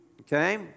Okay